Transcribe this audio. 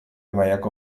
mailako